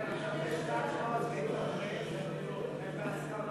ההצעה להעביר את הצעת חוק לייעול האכיפה והפיקוח